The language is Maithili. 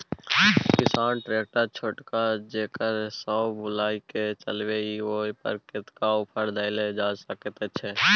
किसान ट्रैक्टर छोटका जेकरा सौ बुईल के चलबे इ ओय पर कतेक ऑफर दैल जा सकेत छै?